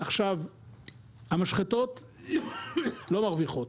המשחטות לא מרוויחות.